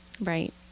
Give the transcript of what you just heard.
right